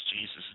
Jesus